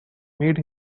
made